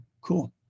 Cool